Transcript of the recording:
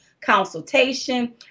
consultation